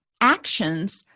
actions